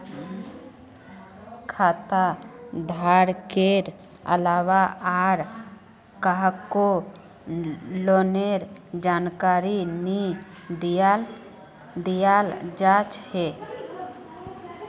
खाता धारकेर अलावा आर काहको लोनेर जानकारी नी दियाल जा छे